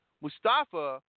Mustafa